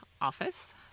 office